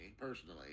personally